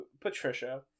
Patricia